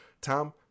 Tom